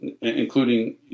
including